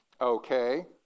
Okay